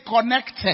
connected